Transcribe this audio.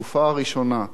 ציון טוב מאוד,